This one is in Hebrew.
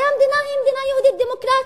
הרי המדינה היא מדינה יהודית דמוקרטית,